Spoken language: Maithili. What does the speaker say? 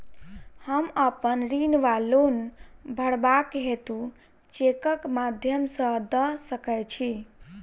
हम अप्पन ऋण वा लोन भरबाक हेतु चेकक माध्यम सँ दऽ सकै छी?